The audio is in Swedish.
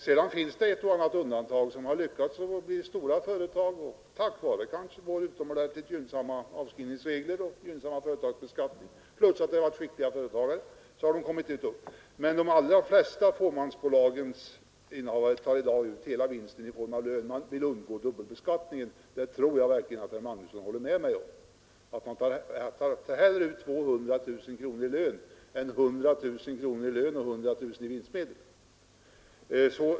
Sedan finns det en del undantag som har lyckats bli stora företag, kanske tack vare våra utomordentligt gynnsamma avskrivningsregler och vår gynnsamma företagsbeskattning plus att det har varit en skicklig företagare. Men de allra flesta innehavare av fåmansbolag tar i dag ut hela vinsten i form av lön, eftersom de vill undgå dubbelbeskattning. Jag tror att herr Magnusson i Borås håller med mig om att man hellre tar ut 200 000 kronor i lön än 100 000 i lön och 100 000 i vinstmedel.